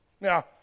Now